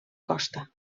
costa